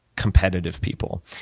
competitive people.